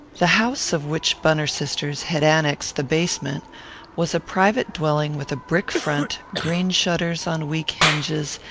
the house of which bunner sisters had annexed the basement was a private dwelling with a brick front, green shutters on weak hinges,